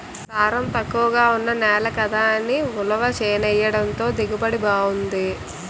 సారం తక్కువగా ఉన్న నేల కదా అని ఉలవ చేనెయ్యడంతో దిగుబడి బావుంది